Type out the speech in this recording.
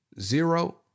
zero